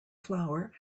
flour